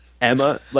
Emma